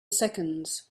seconds